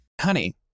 Honey